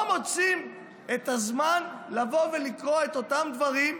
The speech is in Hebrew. לא מוצאים את הזמן לבוא ולקרוא את אותם דברים,